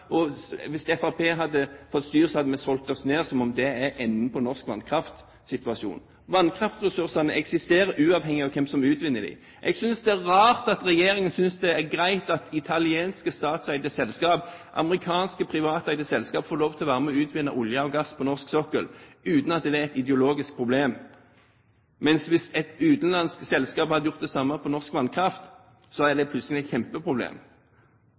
hvis Fremskrittspartiet hadde fått styre, hadde vi solgt oss ned – som om det er enden på norsk vannkraftsituasjon. Vannkraftressursene eksisterer uavhengig av hvem som utvinner dem. Jeg synes det er rart at regjeringen synes det er greit at italienske statseide selskaper og amerikanske privateide selskaper skal få lov til å være med og utvinne olje og gass på norsk sokkel uten at det er et ideologisk problem, mens det plutselig er et kjempeproblem hvis et utenlandsk selskap hadde gjort det samme når det gjelder norsk vannkraft. Hvorfor det? Det